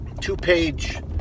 two-page